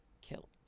kill